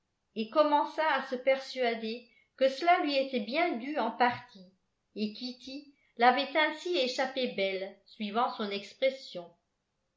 et commença à se persuader que cela lui était bien dû en partie et kitty l'avait ainsi échappé belle suivant son expression